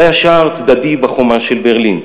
זה היה שער צדדי בחומה של ברלין,